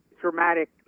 dramatic